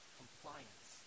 compliance